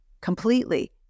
completely